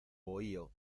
bohío